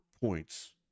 points